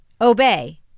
obey